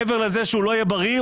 מעבר לזה שלא יהיה בריא,